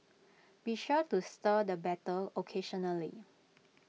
be sure to stir the batter occasionally